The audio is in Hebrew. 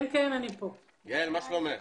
יעל, מה שלומך?